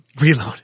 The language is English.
reload